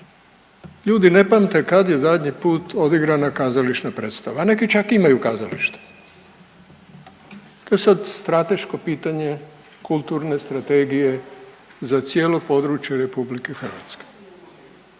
ljudi ne pamte kad je zadnji put odigrana kazališna predstava, neki čak imaju kazalište, to je sad strateško pitanje kulturne strategije za cijelo područje RH. Ja ne